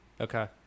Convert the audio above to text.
Okay